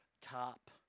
Top